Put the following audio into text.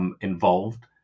involved